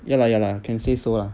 ya lah ya lah can say so lah